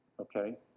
Okay